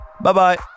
Bye-bye